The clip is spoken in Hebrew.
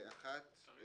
קודם כול